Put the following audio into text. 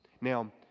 Now